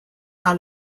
are